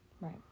Right